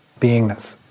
beingness